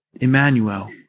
Emmanuel